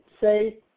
say